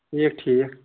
ٹھیٖک ٹھیٖک